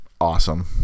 awesome